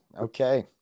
Okay